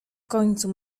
końcu